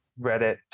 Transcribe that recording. Reddit